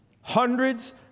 hundreds